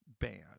band